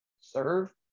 serve